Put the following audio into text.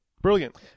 Brilliant